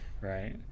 right